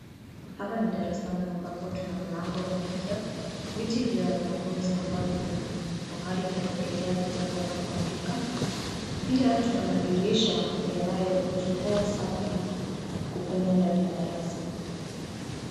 Hapa ni darasani ambapo tuna mlango wa kuingia. Viti vya wanafunzi ambavyo vina pahali pakuwekelea vitabu wanapoandika. Pia tuna madirisha yanayoruhusu hewa safi kupenya ndani ya darasa.